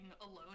alone